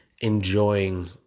enjoying